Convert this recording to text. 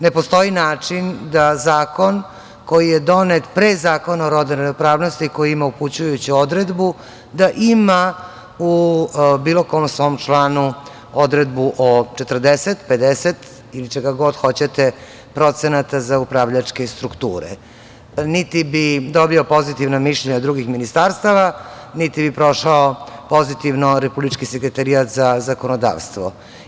Ne postoji način da zakon koji je donet pre Zakona o rodnoj ravnopravnosti koji ima upućujuću odredbu, da ima u bilo kom svom članu odredbu o 40, 50 ili čega god hoćete procenata za upravljačke strukture, niti bi dobio pozitivna mišljenja drugih ministarstava, niti bi prošao pozitivno Republički sekretarijat za zakonodavstvo.